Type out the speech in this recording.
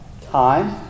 time